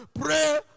Pray